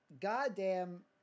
goddamn